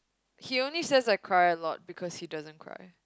he only says I cry a lot because he doesn't cry